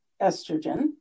estrogen